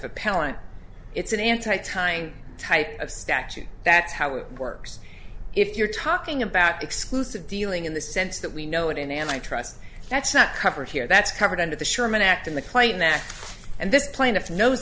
appellant it's an anti time type of statute that's how it works if you're talking about exclusive dealing in the sense that we know it in and i trust that's not covered here that's covered under the schuurman act in the claim that and this plaintiff knows